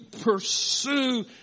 pursue